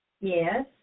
yes